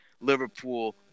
Liverpool